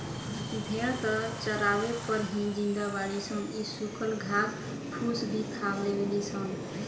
भेड़ त चारवे पर ही जिंदा बाड़ी सन इ सुखल घास फूस भी खा लेवे ली सन